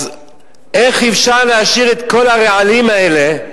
אז איך אפשר להשאיר את כל הרעלים האלה?